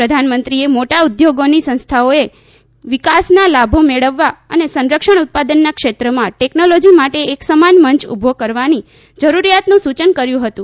પ્રધાનમંત્રીએ મોટા ઉદ્યોગોની સંસ્થાઓએ વિકાસના લાભો મેળવવા અને સંરક્ષણ ઉત્પાદનના ક્ષેત્રમાં ટેકનોલોજી માટે એકસમાન મંચ ઉભો કરવાની જરૂરિયાતનું સૂચન કર્યું હતું